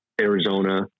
Arizona